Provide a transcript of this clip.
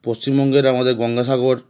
পশ্চিমবঙ্গের আমাদের গঙ্গাসাগর